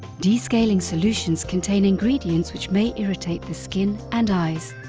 descaling solutions contain ingredients which may irritate the skin and eyes.